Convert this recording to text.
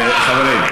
הופה,